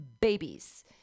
babies